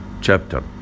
Chapter